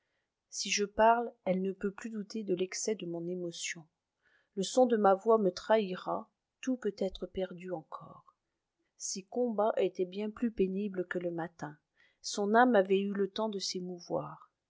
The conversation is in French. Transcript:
si je parle elle ne peut plus douter de l'excès de mon émotion le son de ma voix me trahira tout peut être perdu encore ses combats étaient bien plus pénibles que le matin son âme avait eu le temps de s'émouvoir